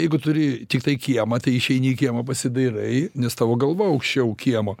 jeigu turi tiktai kiemą tai išeini į kiemą pasidairai nes tavo galva aukščiau kiemo